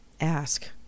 ask